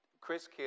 Chris